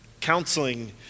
Counseling